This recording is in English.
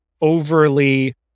overly